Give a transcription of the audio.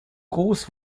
gross